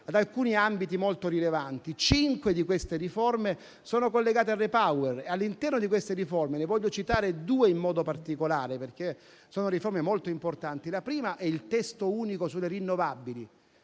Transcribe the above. ad alcuni ambiti molto rilevanti e cinque sono collegate al REPowerEU. All'interno di queste riforme ne voglio citare due in modo particolare, perché sono molto importanti: la prima è il testo unico sulle rinnovabili,